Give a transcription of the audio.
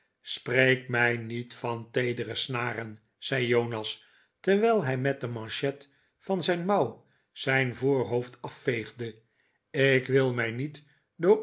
spreek mij niet van teedere snaren zei jonas terwijl hij met de manchet van zijn mouw zijn voorhoofd afveegde ik wil mij niet